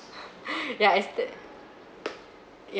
ya I stayed ya